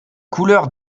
couleurs